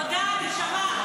תודה, נשמה.